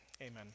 Amen